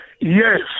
Yes